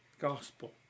gospel